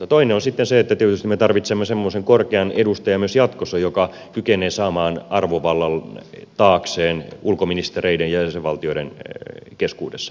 toinen on sitten se että tietysti me tarvitsemme myös jatkossa semmoisen korkean edustajan joka kykenee saamaan arvovallan taakseen ulkoministereiden ja jäsenvaltioiden keskuudessa